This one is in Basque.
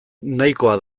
nahikoa